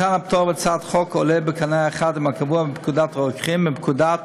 מתן הפטור בהצעת החוק עולה בקנה אחד עם הקבוע בפקודת הרוקחים ובפקודת